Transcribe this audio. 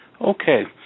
Okay